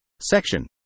Section